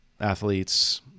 athletes